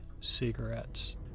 cigarettes